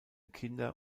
kinder